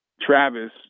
Travis